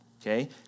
okay